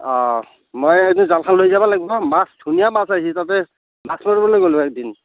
অ মই এদিন জালখন লৈ যাব লাগিব মাছ ধুনীয়া মাছ আহিছে তাতে মাছ মাৰিবলৈ গলোঁ হয় একদিন